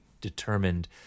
determined